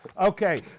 Okay